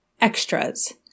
extras